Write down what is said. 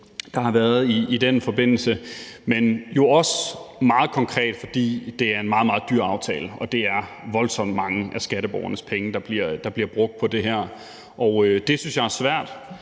der har været i den forbindelse; men jo også meget konkret, fordi det er en meget, meget dyr aftale, og det er voldsomt mange af skatteborgernes penge, der bliver brugt på det her. Det synes jeg er svært.